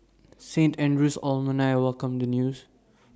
Saint Andrew's alumni welcomed the news